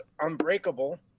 Unbreakable